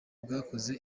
bwakoze